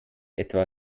etwa